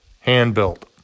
hand-built